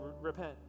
repent